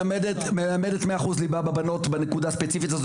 מלמדת 100% ליבה בבנות בנקודה ספציפית הזו,